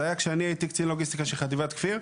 זה היה כשאני הייתי קצין לוגיסטיקה של חטיבת כפיר.